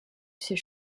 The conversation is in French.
ses